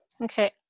Okay